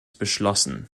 beschlossen